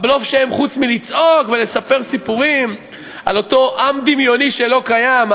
הבלוף שהם חוץ מלצעוק ולספר סיפורים על אותו עם דמיוני שלא קיים,